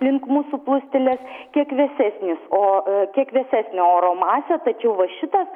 link mūsų pūstelės kiek vėsesnis o kiek vėsesnė oro masė tačiau va šitas